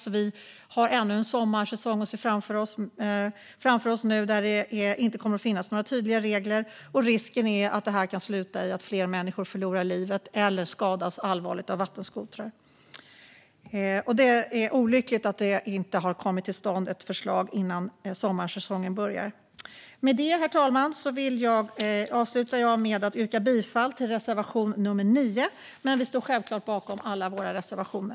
Vi har alltså ännu en sommarsäsong framför oss då det inte kommer att finnas några tydliga regler. Risken är att detta kan sluta med att fler människor förlorar livet eller skadas allvarligt av vattenskotrar. Det är olyckligt att det inte har kommit till stånd något förslag innan sommarsäsongen börjar. Därmed, herr talman, avslutar jag med att yrka bifall till reservation nummer 9, men vi står självklart bakom alla våra reservationer.